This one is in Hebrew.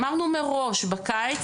אמרנו מראש בקיץ,